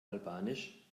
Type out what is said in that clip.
albanisch